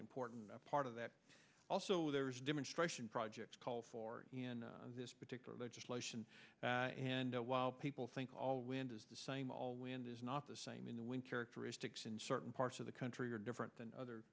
important part of that also there is a demonstration project called for in this particular legislation and while people think all wind is the same all wind is not the same in the winter in certain parts of the country are different than other